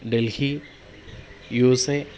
Delhi U S A